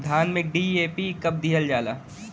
धान में डी.ए.पी कब दिहल जाला?